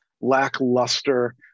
lackluster